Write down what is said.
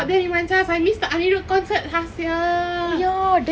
oh my god that reminds us I miss the anirudh concert lah sia